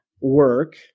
work